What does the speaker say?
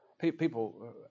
People